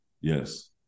Yes